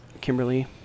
Kimberly